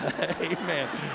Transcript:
Amen